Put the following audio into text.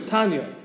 Tanya